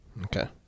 Okay